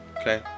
okay